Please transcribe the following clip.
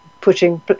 Putting